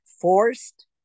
forced